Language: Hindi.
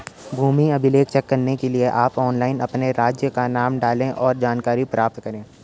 भूमि अभिलेख चेक करने के लिए आप ऑनलाइन अपने राज्य का नाम डालें, और जानकारी प्राप्त करे